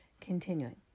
Continuing